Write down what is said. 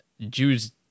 Jews